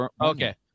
Okay